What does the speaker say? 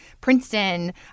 Princeton